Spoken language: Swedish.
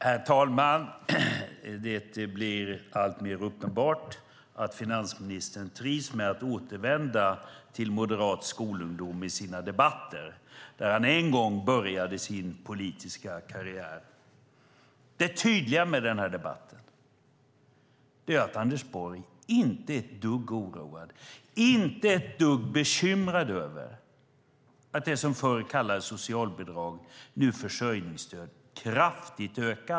Herr talman! Det blir alltmer uppenbart att finansministern trivs med att i sina debatter återvända till Moderat skolungdom, där han en gång började sin politiska karriär. Det tydliga med debatten är att Anders Borg inte är ett dugg oroad och inte ett dugg bekymrad över att det som förr kallades socialbidrag och nu försörjningsstöd kraftigt ökar.